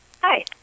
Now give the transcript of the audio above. hi